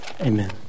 Amen